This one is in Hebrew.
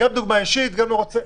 גם דוגמה אישית וגם לא רוצה.